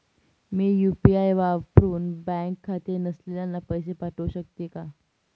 मी UPI वापरुन bank खाते नसलेल्यांना पैसे पाठवू शकते का?